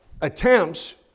attempts